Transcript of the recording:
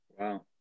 Wow